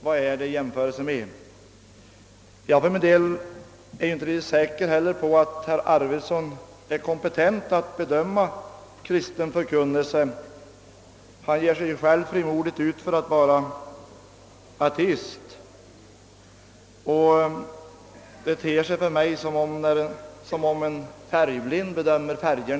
Jag är för min del inte riktigt säker på att herr Arvidson är kompetent att bedöma kristen förkunnelse. Han ger sig ju själv frimodigt ut för att vara ateist, och då ter sig hans tal för mig som en färgblinds tal om färger.